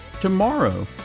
tomorrow